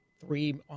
three